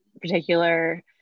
particular